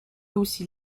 aussi